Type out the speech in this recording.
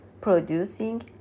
producing